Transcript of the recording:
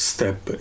Step